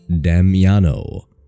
Damiano